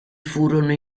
furono